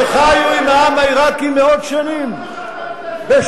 שחיו עם העם העירקי מאות שנים בשלום.